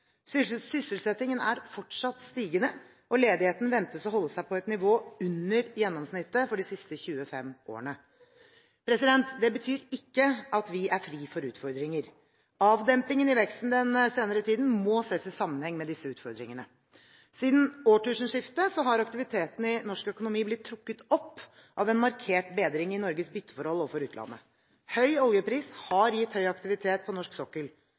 Sysselsettingen er fortsatt stigende, og ledigheten ventes å holde seg på et nivå under gjennomsnittet for de siste 25 årene. Det betyr ikke at vi er fri for utfordringer. Avdempingen i veksten den senere tiden må ses i sammenheng med disse utfordringene. Siden årtusenskiftet har aktiviteten i norsk økonomi blitt trukket opp av en markert bedring i Norges bytteforhold overfor utlandet. Høy oljepris har gitt høy aktivitet på norsk sokkel.